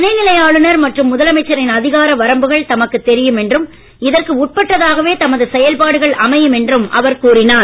துணைநிலை ஆளுனர் மற்றும் முதலமைச்சரின் அதிகார வரம்புகள் தமக்குத் தெரியும் என்றும் இதற்கு உட்பட்டதாகவே தமது செயல்பாடுகள் அமையும் என்றும் அவர் கூறினார்